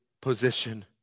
position